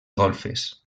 golfes